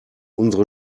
unsere